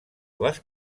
les